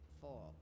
four